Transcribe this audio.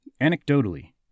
Anecdotally